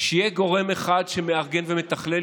שיהיה גורם אחד שמארגן ומתכלל,